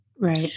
Right